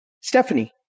Stephanie